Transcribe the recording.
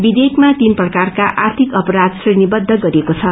विषेयकमा तीन प्रकारका आर्थिक अपराष श्रेणीहरू गरिएको छ